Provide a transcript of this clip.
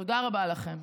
תודה רבה לכם.